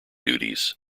duties